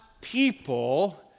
people